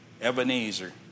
Ebenezer